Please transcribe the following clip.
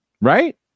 right